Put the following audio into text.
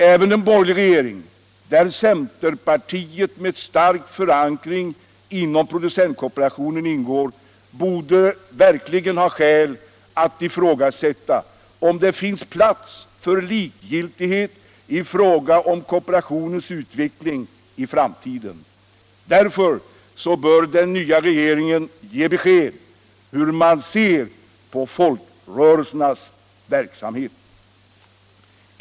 Även en borgerlig regering, där centerpartiet med en stark förankring i producentkooperationen ingår, borde'verkligen ha skäl att ifrågasätta, om det finns plats för likgiltighet när det gäller kooperationens utveckling i framtiden. Därför bör den nya regeringen ge besked om hur den ser på folkrörelsernas verksamhet.